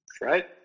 right